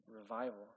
revival